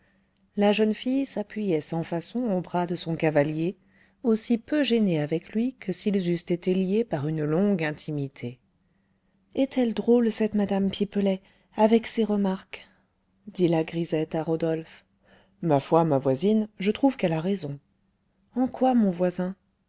la jeune fille s'appuyait sans façon au bras de son cavalier aussi peu gênée avec lui que s'ils eussent été liés par une longue intimité est-elle drôle cette mme pipelet avec ses remarques dit la grisette à rodolphe ma foi ma voisine je trouve qu'elle a raison en quoi mon voisin